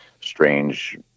strange